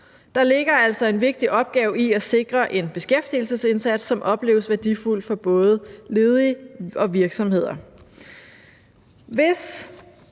Der ligger altså en vigtig opgave i at sikre en beskæftigelsesindsats, som opleves som værdifuld for både ledige og virksomheder.